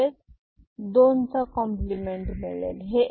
म्हणजेच दोन चा कॉम्प्लिमेंट मिळेल